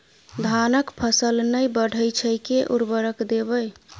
धान कऽ फसल नै बढ़य छै केँ उर्वरक देबै?